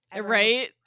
right